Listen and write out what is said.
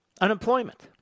unemployment